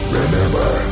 remember